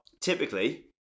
typically